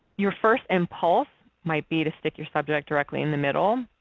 your first impulse might be to stick your subject directly in the middle.